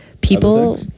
people